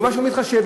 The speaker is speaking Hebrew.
משהו מתחשב,